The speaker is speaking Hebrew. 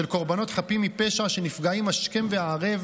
של קורבנות חפים מפשע שנפגעים השכם והערב